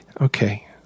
okay